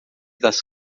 das